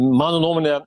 mano nuomone